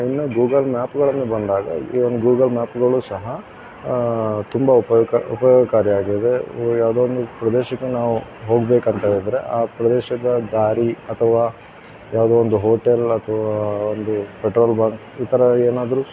ಇನ್ನು ಗೂಗಲ್ ಮ್ಯಾಪ್ಗಳನ್ನು ಬಂದಾಗ ಈ ಒಂದು ಗೂಗಲ್ ಮ್ಯಾಪ್ಗಳು ಸಹ ತುಂಬ ಉಪಯೋಗ ಉಪಯೋಗಕಾರಿಯಾಗಿದೆ ಯಾವುದೋ ಒಂದು ಪ್ರದೇಶಕ್ಕೆ ನಾವು ಹೋಗಬೇಕು ಅಂತ ಹೇಳಿದರೆ ಆ ಪ್ರದೇಶದ ದಾರಿ ಅಥವಾ ಯಾವುದೋ ಒಂದು ಹೋಟೆಲ್ ಅಥವಾ ಒಂದು ಪೆಟ್ರೋಲ್ ಬಂಕ್ ಈ ಥರ ಏನಾದರೂ